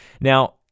Now